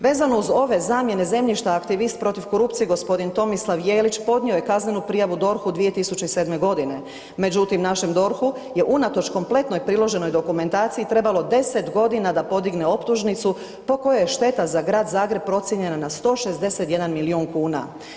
Vezano uz ove zamjene zemljišta aktivist protiv korupcije g. Tomislav Jelić podnio je kaznenu prijavu DORH-u 2007.g. Međutim, našem DORH-u je unatoč kompletnoj priloženoj dokumentaciji trebalo 10.g. da podigne optužnicu po kojoj je šteta za Grad Zagreb procijenjena na 161 milijun kuna.